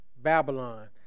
Babylon